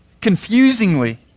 confusingly